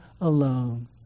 alone